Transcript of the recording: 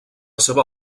seva